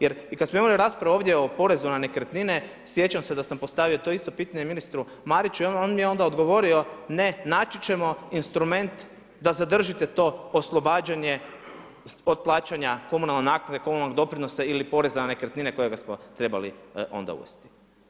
Jer i kad smo imali raspravu ovdje o porezu na nekretnine sjećam se da sam postavio to isto pitanje ministru Mariću i on mi je onda odgovorio – ne naći ćemo instrument da zadržite to oslobađanje od plaćanja komunalne naknade, komunalnog doprinosa ili poreza na nekretnine kojega smo trebali onda uvesti.